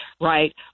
right